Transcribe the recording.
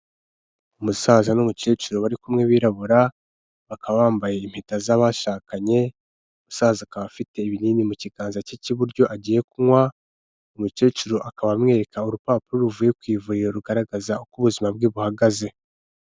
Umusaza n'umukecuru bari kumwe birabura, bakaba bambaye impeta z'abashakanye, umusaza akaba afite ibinini mu kiganza cye cy'iburyo agiye kunywa, umukecuru akaba amwereka urupapuro ruvuye ku ivuriro rugaragaza uko ubuzima bwe buhagaze.